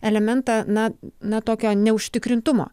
elementą na na tokio neužtikrintumo